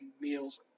meals